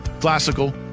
Classical